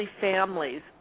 families